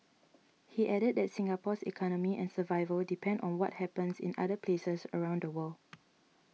he added that Singapore's economy and survival depend on what happens in other places around the world